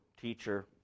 teacher